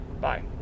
Bye